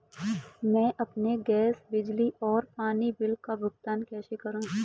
मैं अपने गैस, बिजली और पानी बिल का भुगतान कैसे करूँ?